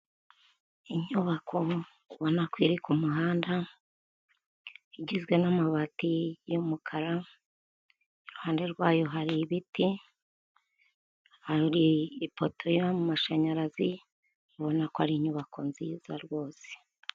Inyubako ubona ko iri ku muhanda igizwe n'amabati y'umukara, iruhande rwayo hari ibiti hari ipoto y'amashanyarazi ubona ko ari inyubako nziza rwose.